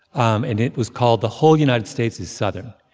um and it was called the whole united states is southern!